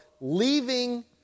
leaving